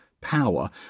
power